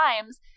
times